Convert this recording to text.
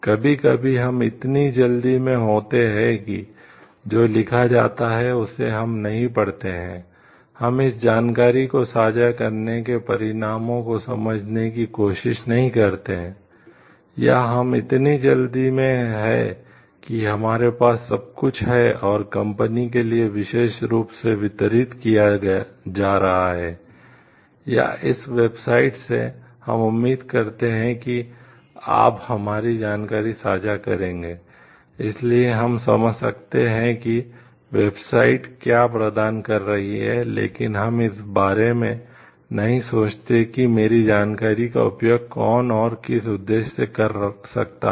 कभी कभी हम इतनी जल्दी में होते हैं कि जो लिखा जाता है उसे हम नहीं पढ़ते हैं हम इस जानकारी को साझा करने के परिणामों को समझने की कोशिश नहीं करते हैं या हम इतनी जल्दी में हैं कि हमारे पास सब कुछ है और कंपनी के लिए विशेष रूप से वितरित किया जा रहा है या इस वेबसाइट क्या प्रदान कर रही है लेकिन हम इस बारे में नहीं सोचते कि मेरी जानकारी का उपयोग कौन और किस उद्देश्य से कर सकता है